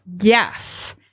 Yes